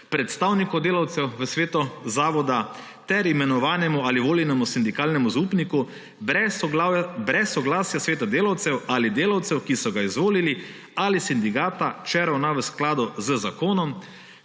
predstavniku delavcev v svetu zavoda ter imenovanemu ali voljenemu sindikalnemu zaupniku, brez soglasja sveta delavcev ali delavcev, ki so ga izvolili, ali sindikata, če ravna v skladu z zakonom,